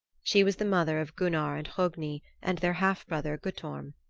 she was the mother of gunnar and hogni and their half-brother guttorm.